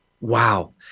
Wow